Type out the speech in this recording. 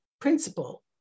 principle